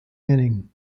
inning